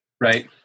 Right